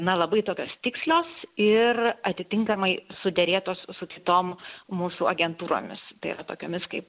na labai tokios tikslios ir atitinkamai suderėtos su kitom mūsų agentūromis tokiomis kaip